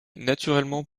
naturellement